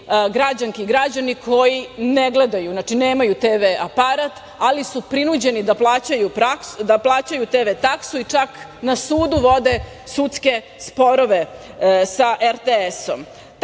građanke i građani koji ne gledaju, znači, nemaju TV aparat, ali su prinuđeni da plaćaju TV taksu i čak na sudu vode sudske sporove sa RTS-om. Tako